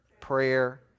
Prayer